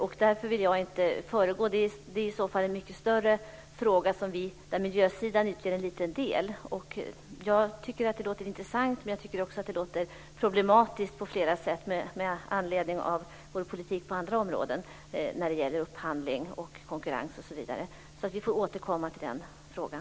Det är en mycket större fråga där miljösidan utgör en liten del. Jag tycker att det låter intressant, men det låter också problematiskt på flera sätt med anledning av vår politik på andra områden när det gäller upphandling, konkurrens osv. Vi får återkomma till den frågan.